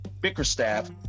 Bickerstaff